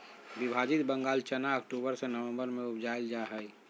विभाजित बंगाल चना अक्टूबर से ननम्बर में उपजाल जा हइ